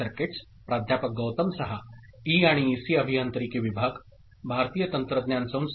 सर्वांना नमस्कार